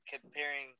comparing